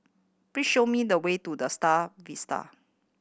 please show me the way to The Star Vista